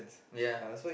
ya